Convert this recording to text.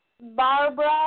Barbara